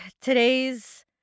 today's